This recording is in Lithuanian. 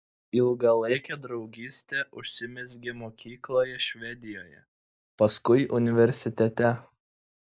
ilgalaikė draugystė užsimezgė mokykloje švedijoje paskui universitete